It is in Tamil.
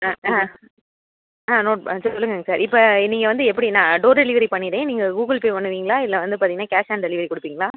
ஆ ஆ ஆ நோட் பண்ணிட் சொல்லுங்கங்க சார் இப்போ நீங்கள் வந்து எப்படினா டோர் டெலிவரி பண்ணிட்டேன் நீங்கள் கூகுள்பே பண்ணுவீங்களா இல்லை வந்து பார்த்தீங்கன்னா கேஷ் ஆன் டெலிவரி கொடுப்பீங்களா